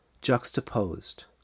Juxtaposed